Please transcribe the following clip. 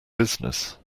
business